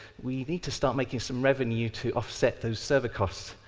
we need to start making some revenue to offset those server costs,